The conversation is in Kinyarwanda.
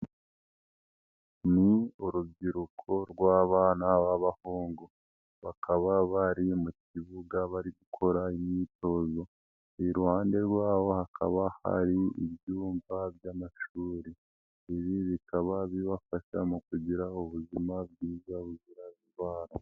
Ni urubyiruko rw'abana b'abahungu bakaba bari mu kibuga bari gukora imyitozo, iruhande rwabo hakaba hari ibyumba by'amashuri, ibi bikaba bibafasha mu kugira ubuzima bwiza buzira indwara.